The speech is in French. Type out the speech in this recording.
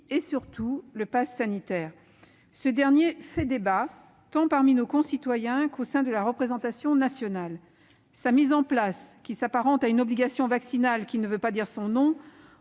et surtout, le passe sanitaire. Ce dernier fait débat tant parmi nos concitoyens qu'au sein de la représentation nationale. Sa mise en place, qui s'apparente à une obligation vaccinale qui ne dit pas son nom,